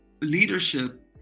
leadership